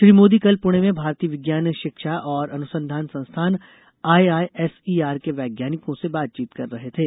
श्री मोदी कल पुणे में भारतीय विज्ञान शिक्षा और अनुसंधान संस्थान आईआईएसईआर के वैज्ञानिकों से बातचीत कर रहे थे